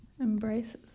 Embraces